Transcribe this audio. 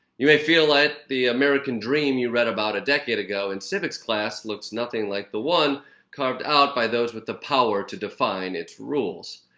you may feel like the american dream you read about a decade ago in civics class looks nothing like the one carved out by those with the power to define its rules,